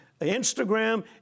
Instagram